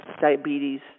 diabetes